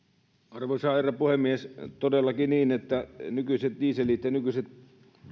arvoisa herra puhemies todellakin niin että nykyiset dieselit ja sanotaan